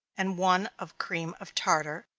and one of cream of tartar,